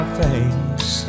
face